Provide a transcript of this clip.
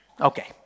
Okay